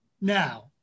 now